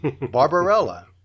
Barbarella